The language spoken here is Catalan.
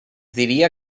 diria